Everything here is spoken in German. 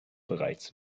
bereits